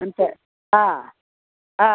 అంతే